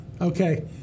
Okay